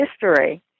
history